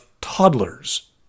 toddlers